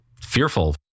fearful